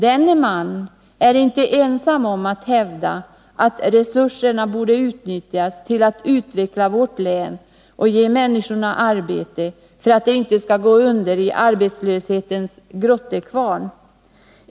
Denne man är inte ensam om att hävda att resurserna borde utnyttjas till att utveckla vårt län och ge människorna arbete för att de inte skall gå under i arbetslöshetens grottekvarn.